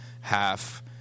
Half